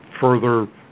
further